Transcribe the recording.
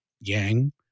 yang